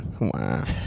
wow